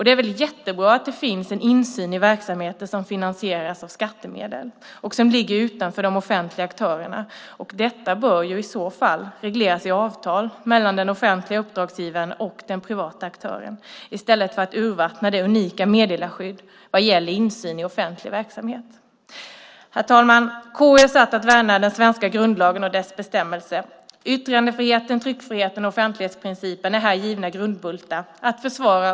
Det är väl jättebra om det finns en insyn i verksamheter som finansieras med skattemedel och som ligger utanför de offentliga aktörerna. Detta bör i så fall regleras i avtal mellan den offentliga uppdragsgivaren och den privata aktören i stället för att man urvattnar det unika meddelarskyddet vad gäller insyn i offentlig verksamhet. Herr talman! KU är satt att värna den svenska grundlagen och dess bestämmelser. Yttrandefriheten, tryckfriheten och offentlighetsprincipen är här givna grundbultar att försvara.